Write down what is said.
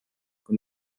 kui